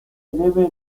debe